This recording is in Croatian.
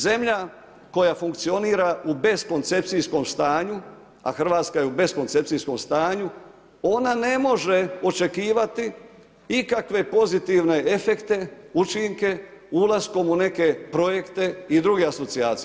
Zemlja koja funkcionira u beskoncepcijskom stanju a Hrvatska je u beskoncepcijskom stanju, ona ne može očekivati ikakve pozitivne efekte, učinke ulaskom u neke projekte i druge asocijacije.